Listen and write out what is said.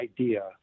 idea